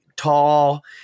tall